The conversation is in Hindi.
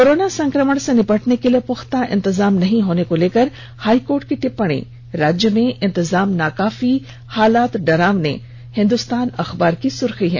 कोरोना संकमण से निपटने के लिए पुख्ता इंतजाम नहीं होने को लेकर हाईकोर्ट की टिप्पणी राज्य में इंतजाम नाकाफी हालात डरावने हिन्दुस्तान अखबार की सुर्खी है